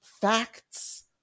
facts